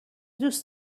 دوست